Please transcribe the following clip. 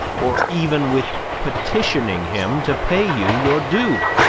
or even with petitioning him to pay you your due